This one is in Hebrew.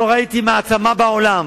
לא ראיתי מעצמה בעולם,